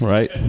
Right